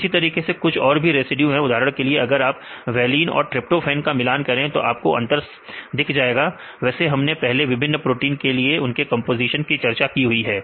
इसी तरीके से कुछ और भी रेसिड्यू हैं उदाहरण के लिए अगर आप वैलीन और ट्रिपटोफैन का मिलान करें तो आपको अंतर दिख जाएगा वैसे हमने पहले विभिन्न प्रोटीन के लिए उनके कंपोजीशन की चर्चा की हुई है